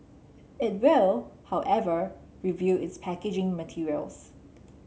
it will however review its packaging materials